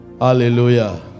Hallelujah